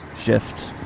shift